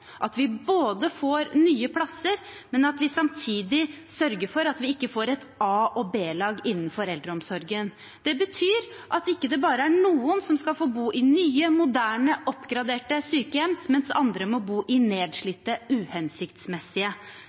at vi både får nye plasser og samtidig sørger for at vi ikke får et a-lag og et b-lag innenfor eldreomsorgen. Det betyr at det ikke bare er noen som skal få bo i nye, moderne, oppgraderte sykehjem, mens andre må bo i nedslitte, uhensiktsmessige